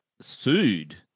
sued